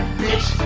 bitch